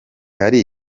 hari